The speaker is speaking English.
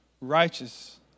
righteous